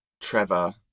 trevor